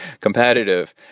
competitive